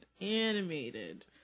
animated